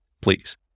Please